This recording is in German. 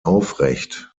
aufrecht